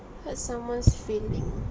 hurt someone's feeling